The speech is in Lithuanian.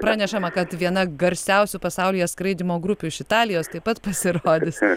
pranešama kad viena garsiausių pasaulyje skraidymo grupių iš italijos taip pat pasirodys